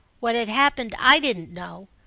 what had happened i didn't know,